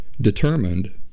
determined